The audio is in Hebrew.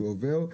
שעובר,